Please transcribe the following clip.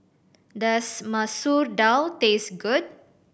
does Masoor Dal taste good